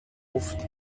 oft